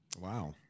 Wow